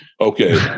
Okay